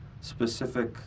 specific